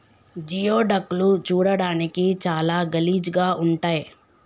geoduck లు చూడడానికి చాలా గలీజ్ గా ఉంటయ్